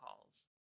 calls